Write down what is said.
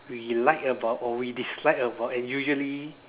we like about or we dislike about and usually